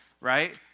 Right